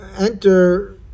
enter